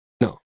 No